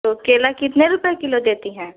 तो केला कितने रुपए किलो देती हैं